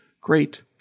great